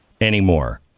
anymore